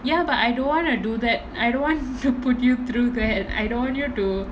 ya but I don't wanna do that I don't want to put you through that I don't want you to